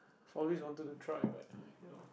i've always wanted to try but ah you know